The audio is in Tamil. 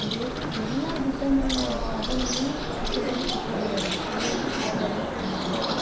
வே எல்லா விதமான தகவலையும் தெரிஞ்சுக்கக்கூடிய ஒரு விஷயமா யூட்டூப் வந்து அமைஞ்சிருக்கு